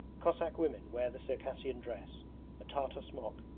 cossack women wear the circassian dress a tartar smock,